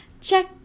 Check